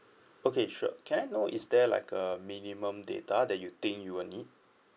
okay sure can I know is there like a minimum data that you think you will need